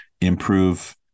improve